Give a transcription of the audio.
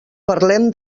parlem